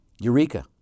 Eureka